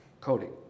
coding